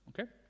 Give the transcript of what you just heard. okay